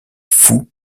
fou